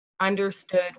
understood